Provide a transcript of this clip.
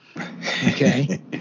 okay